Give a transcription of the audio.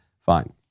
fine